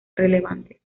relevantes